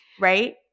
right